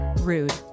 Rude